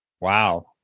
Wow